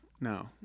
No